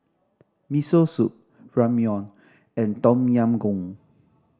Miso Soup Ramyeon and Tom Yam Goong